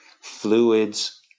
fluids